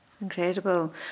Incredible